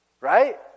Right